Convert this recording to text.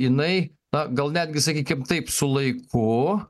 jinai na gal netgi sakykim taip su laiku